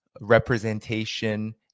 representation